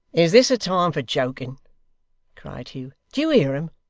is this a time for joking cried hugh. do you hear em?